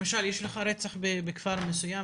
למשל יש לך רצח בכפר מסוים,